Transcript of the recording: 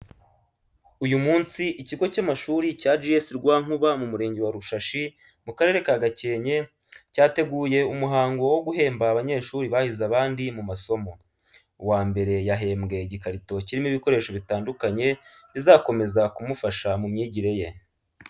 Uyu munsi, ikigo cy’amashuri cya G.S. Rwankuba mu murenge wa Rushashi, mu karere ka Gakenke, cyateguye umuhango wo guhemba abanyeshuri bahize abandi mu masomo. Uwa mbere yahembwe igikarito kirimo ibikoresho bitandukanye bizakomeza kumufasha mu myigire ye.